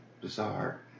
bizarre